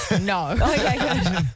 No